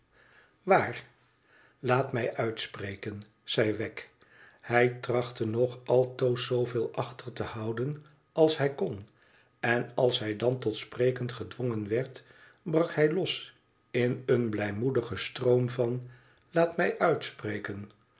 waar laat mij uitspreken zei wegg jhij trachte nog altoos zooveel achter te houden als hij kon en als hij dan tot spreken gedwongen werd brak hij los in een blijmoedigen stroom van laat mij uitspreken